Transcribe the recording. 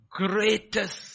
greatest